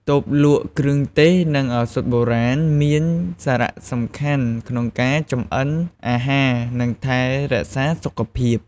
តូបលក់គ្រឿងទេស និងឱសថបុរាណមានសារសំខាន់ក្នុងការចម្អិនអាហារនិងថែរក្សាសុខភាព។